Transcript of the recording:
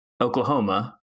Oklahoma